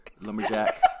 lumberjack